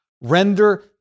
render